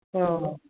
ꯑꯥ